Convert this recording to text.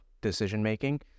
decision-making